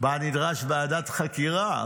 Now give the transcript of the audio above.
שבה נדרשה ועדת חקירה.